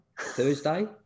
Thursday